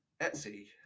Etsy